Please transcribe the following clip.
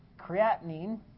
Creatinine